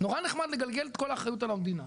נורא נחמד לגלגל את כל האחריות על המדינה.